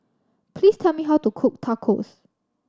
please tell me how to cook Tacos